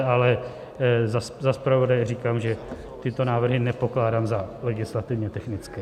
Ale za zpravodaje říkám, že tyto návrhy nepokládám za legislativně technické.